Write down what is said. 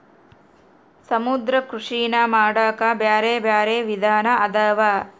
ಸಮುದ್ರ ಕೃಷಿನಾ ಮಾಡಾಕ ಬ್ಯಾರೆ ಬ್ಯಾರೆ ವಿಧಾನ ಅದಾವ